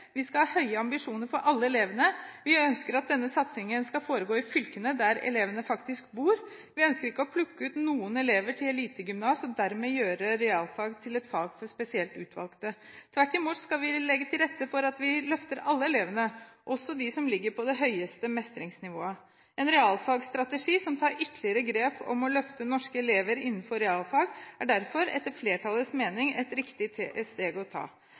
Vi skal ha høye ambisjoner for alle elevene. Vi ønsker at denne satsingen skal foregå i fylkene der elevene faktisk bor, vi ønsker ikke å plukke ut noen elever til elitegymnas og dermed gjøre realfag til et fag for spesielt utvalgte. Tvert imot skal vi legge til rette for å løfte alle elevene, også de som ligger på det høyeste mestringsnivået. En realfagsstrategi som tar ytterligere grep om å løfte norske elever innenfor realfag, er derfor etter flertallets mening et riktig steg å ta.